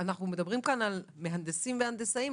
אבל אנחנו מדברים כאן על מהנדסים והנדסאים.